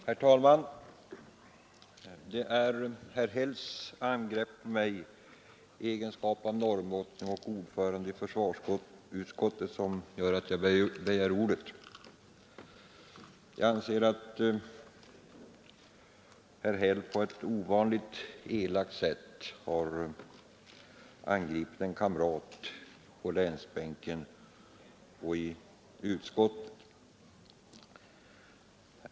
Herr talman! Det är herr Hälls angrepp på mig i egenskap av norrbottning och ordförande i försvarsutskottet som gör att jag begär ordet. Jag anser att herr Häll på ett ovanligt elakt sätt har angripit en kamrat på länsbänken och i utskottet.